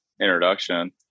introduction